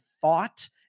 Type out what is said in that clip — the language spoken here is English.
thought